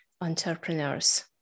entrepreneurs